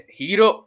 hero